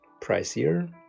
pricier